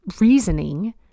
reasoning